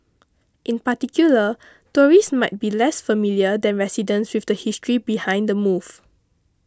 in particular tourists might be less familiar than residents with the history behind the move